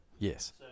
Yes